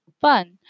fun